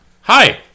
Hi